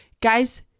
guys